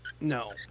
No